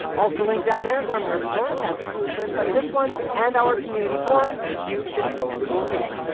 also link down there is our merch store, which has cool shirts like this one, and our community forum, which you should totally join.